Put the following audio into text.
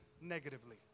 negatively